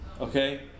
Okay